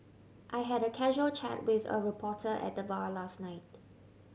I had a casual chat with a reporter at the bar last night